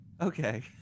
okay